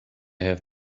have